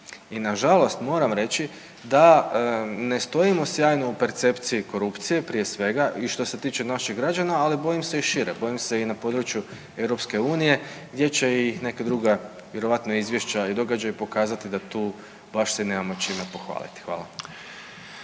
I nažalost, moram reći da ne stojimo sjajno u percepciji korupciji prije svega i što se tiče naših građana, ali bojim se i šire, bojim se i na području EU gdje će i neka druga vjerojatno izvješća i događaji pokazati da tu baš se i nemamo čime pohvaliti. Hvala.